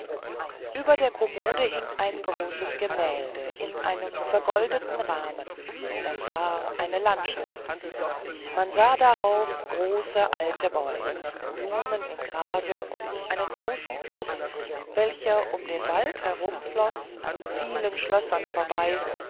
über der kommode hing ein großes gemälde in einem vergoldeten rahmen das war eine landschaft man sah darauf große alte bäume blumen im grase und einen großen fluß welcher um den wald herumfloß an vielen schlössern vorbei